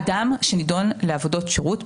אדם שנדון לעבודות שירות,